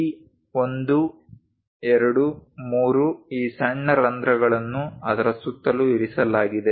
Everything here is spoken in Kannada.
ಈ 1 2 3 ಈ ಸಣ್ಣ ರಂಧ್ರಗಳನ್ನು ಅದರ ಸುತ್ತಲೂ ಇರಿಸಲಾಗಿದೆ